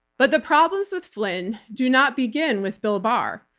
but the problems with flynn do not begin with bill barr,